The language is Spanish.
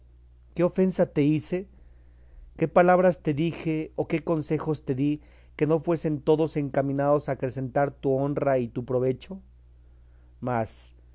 qué ofensa te hice qué palabras te dije o qué consejos te di que no fuesen todos encaminados a acrecentar tu honra y tu provecho mas